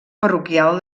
parroquial